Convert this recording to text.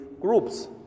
groups